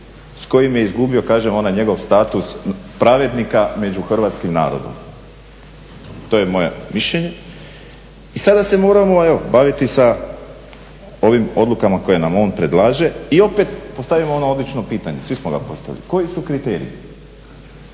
s kojim je izgubio kažem onaj njegov status pravednika među hrvatskim narodom. To je moje mišljenje. I sada se moramo baviti sa ovim odlukama koje nam on predlaže i opet postavimo ono odlično pitanje, svi smo ga postavili, koji su kriteriji.